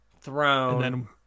throne